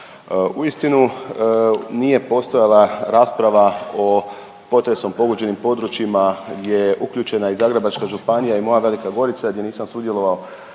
Uistinu nije postojala rasprava o potresom pogođenim područjima gdje je uključena i Zagrebačka županija i moja Velika Gorica gdje nisam sudjelovao